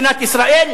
גזענות.